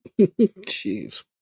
Jeez